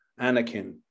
anakin